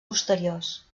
posteriors